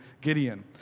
Gideon